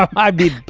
i did.